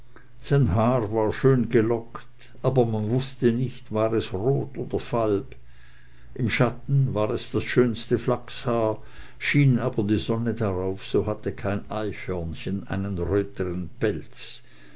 war schön gelockt aber man wußte nicht war es rot oder falb im schatten war es das schönste flachshaar schien aber die sonne darauf so hatte kein eichhörnchen einen rötern pelz